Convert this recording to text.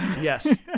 yes